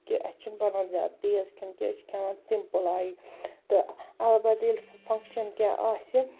کہِ اَسہِ چھُنہٕ بنان زیادٕ تیز کھیٚون کیٚنٛہہ أسۍ چھِ کھیٚوان سِمپٕل آیہِ تہٕ البتہ ییٚلہِ فنگشن کیٚنٛہہ آسہِ